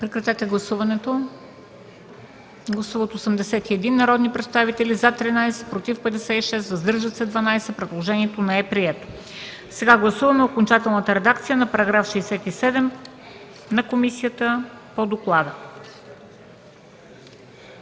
комисията част. Гласували 81 народни представители: за 13, против 56, въздържали се 12. Предложението не е прието. Сега гласуваме окончателната редакция на § 67 на комисията, по доклада.